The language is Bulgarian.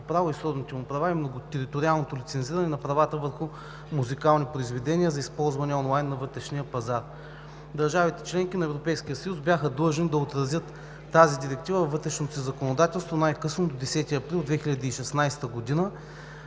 право и сродните му права и многотериториалното лицензиране на правата върху музикални произведения за използване онлайн на вътрешния пазар. Държавите – членки на Европейския съюз, бяха длъжни да отразят тази директива във вътрешното си законодателство най-късно до 10 април 2016 г.,